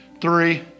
three